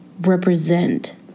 represent